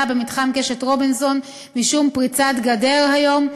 במתחם קשת רובינסון משום פריצת גדר היום,